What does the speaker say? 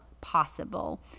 possible